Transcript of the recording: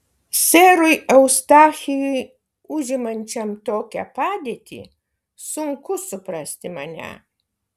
serui eustachijui užimančiam tokią padėtį sunku suprasti mane